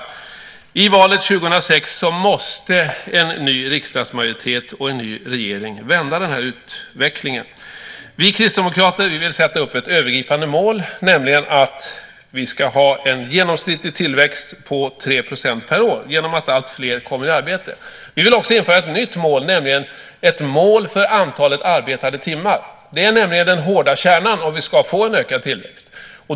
I valet 2006 måste en ny riksdagsmajoritet och en ny regering vända den här utvecklingen. Vi kristdemokrater vill sätta upp ett övergripande mål, nämligen att vi ska ha en genomsnittlig tillväxt på 3 % per år genom att alltfler kommer i arbete. Vi vill också införa ett nytt mål, nämligen ett mål för antalet arbetade timmar. Det är nämligen den hårda kärnan om vi ska få en ökad tillväxt.